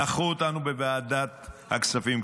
דחו אותנו בוועדת הכספים.